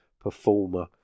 Performer